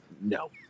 no